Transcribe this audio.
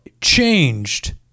changed